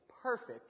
Perfect